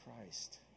Christ